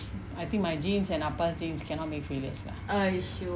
I think my genes and appa genes cannot make failures lah